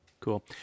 Cool